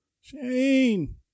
Shane